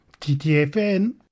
TTFN